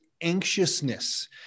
anxiousness